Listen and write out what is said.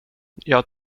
jag